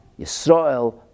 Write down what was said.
Yisrael